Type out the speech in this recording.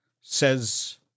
says